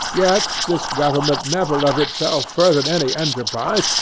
yet this government never of itself furthered any enterprise,